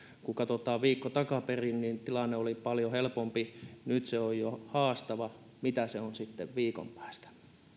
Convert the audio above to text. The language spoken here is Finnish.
kun katsotaan viikko takaperin niin tilanne oli paljon helpompi ja nyt se on jo haastava mitä se on sitten viikon päästä